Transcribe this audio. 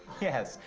yes,